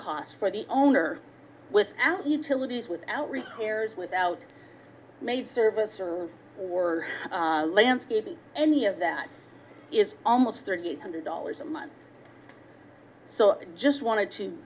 cost for the owner without utilities without repairs without maid service or landscaping any of that is almost thirty eight hundred dollars a month so i just wanted to